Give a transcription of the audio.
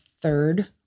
third